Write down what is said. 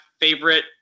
favorite